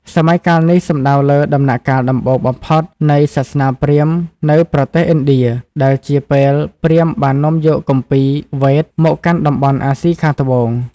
សម័យកាលនេះសំដៅលើដំណាក់កាលដំបូងបំផុតនៃសាសនាព្រាហ្មណ៍នៅប្រទេសឥណ្ឌា ដែលជាពេលព្រាហ្មណ៍បាននាំយកគម្ពីរ វេទ មកកាន់តំបន់អាស៊ីខាងត្បូង។